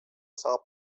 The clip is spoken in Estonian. saab